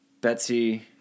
Betsy